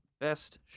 best